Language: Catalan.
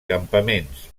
campaments